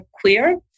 queer